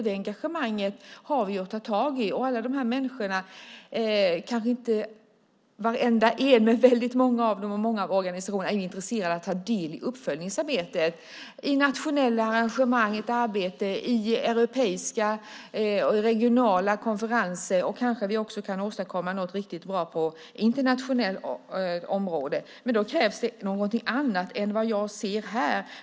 Det engagemanget har vi att ta tag i. Många av de människorna och många av organisationerna är intresserade av att ta del i uppföljningsarbetet i nationella arrangemang, i ett arbete i europeiska regionala konferenser och kanske kan vi också åstadkomma något riktigt bra internationellt. Då krävs det något annat än vad jag ser här.